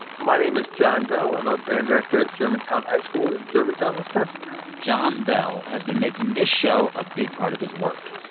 my name is jon bell. i'm a band director at germantown high school in germantown, wis kind of jon bell has been making this show a big part of his work.